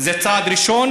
זה צעד ראשון.